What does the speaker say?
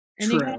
True